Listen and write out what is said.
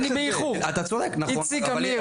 איציק עמיר,